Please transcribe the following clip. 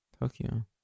Tokyo